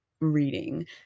reading